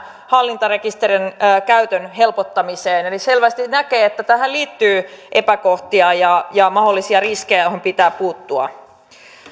hallintarekisterin käytön helpottamiseen eli selvästi näkee että tähän liittyy epäkohtia ja ja mahdollisia riskejä joihin pitää puuttua